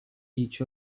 each